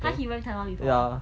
!huh! he went taiwan before ah